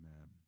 amen